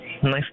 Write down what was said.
Nice